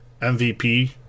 MVP